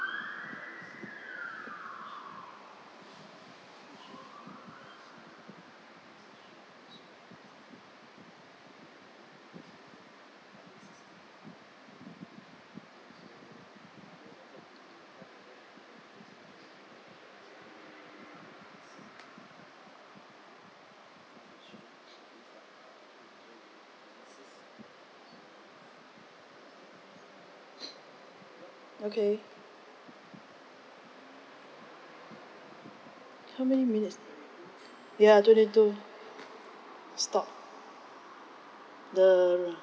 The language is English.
okay how many minutes ya twenty two stop the